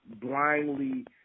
blindly